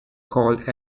called